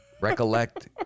recollect